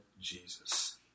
Jesus